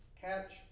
catch